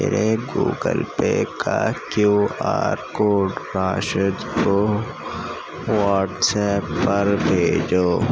میرے Google Pay کا Q R code Rashid کو واٹس ایپ پر بھیجو